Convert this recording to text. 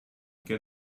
get